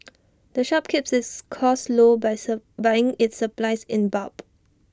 the shop keeps its costs low by serve buying its supplies in bulk